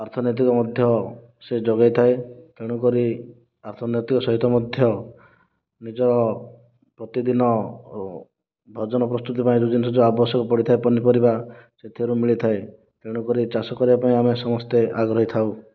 ଅର୍ଥନୈତିକ ମଧ୍ୟ ସେ ଯୋଗେଇଥାଏ ତେଣୁକରି ଅର୍ଥନୈତିକ ସହିତ ମଧ୍ୟ ନିଜ ପ୍ରତିଦିନ ଭୋଜନ ପ୍ରସ୍ତୁତି ପାଇଁ ଯାହା ଯେମିତି ଆବଶ୍ୟକ ପଡ଼ିଥାଏ ପନିପରିବା ସେଥିରୁ ମିଳିଥାଏ ତେଣୁକରି ଚାଷ କରିବା ପାଇଁ ଆମେ ସମସ୍ତେ ଆଗ୍ରହୀ ଥାଉ